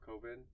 COVID